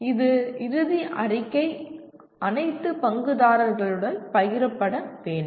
இந்த இறுதி அறிக்கை அனைத்து பங்குதாரர்களுடன் பகிரப்பட வேண்டும்